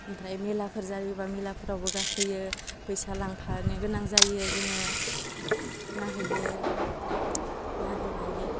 ओमफ्राय मेलाफोर जायोबा मेलाफ्रावबो गाखोयो फैसा लांफानो गोनां जायो जोङो ओमफ्राय नायहैयो नायहैनानै